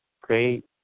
great